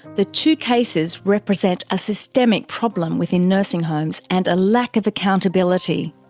the two cases represent a systemic problem within nursing homes and a lack of accountability.